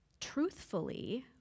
truthfully